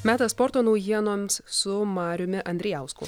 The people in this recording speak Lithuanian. metas sporto naujienoms su mariumi andrijausku